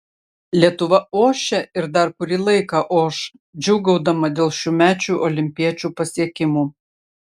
lietuva ošia ir dar kurį laiką oš džiūgaudama dėl šiųmečių olimpiečių pasiekimų